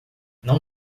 não